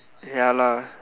ya lah